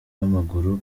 w’amaguru